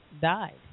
died